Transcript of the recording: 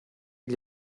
gli